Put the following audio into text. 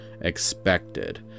expected